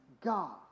God